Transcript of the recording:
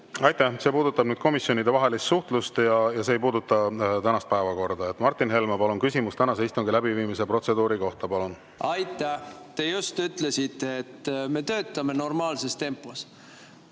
Aitäh! See puudutab nüüd komisjonidevahelist suhtlust, see ei puuduta tänast päevakorda. Martin Helme, palun, küsimus tänase istungi läbiviimise protseduuri kohta! Aitäh! Te just ütlesite, et me töötame normaalses tempos.